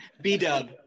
B-Dub